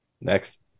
Next